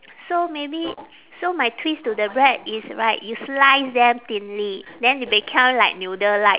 so maybe so my twist to the bread is right you slice them thinly then they become like noodle-like